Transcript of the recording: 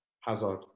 Hazard